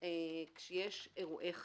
כשיש אירועי חירום.